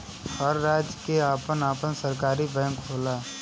हर राज्य के आपन आपन सरकारी बैंक होला